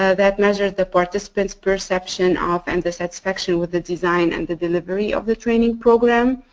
ah that measures the participant's perception of and the satisfaction with the design and the delivery of the training program.